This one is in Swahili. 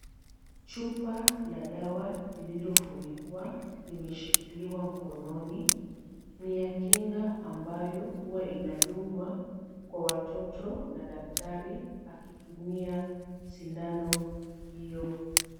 Chupa la dawa lililofunikwa limeshikiliwa mkononi. Ni ya kinga ambayo huwa inadungwa kwa watoto na daktari akitumia sindano hiyo.